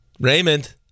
Raymond